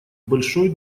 большой